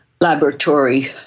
laboratory